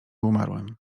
umarłym